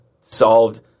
solved